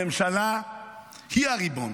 הממשלה היא הריבון,